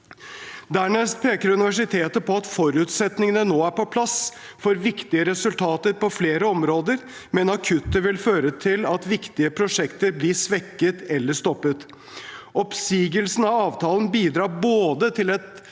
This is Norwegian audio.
Dernest peker universitetet på at forutsetningene nå er på plass for viktige resultater på flere områder, men at kuttet vil føre til at viktige prosjekter blir svekket eller stoppet. Oppsigelsen av avtalen bidrar både til et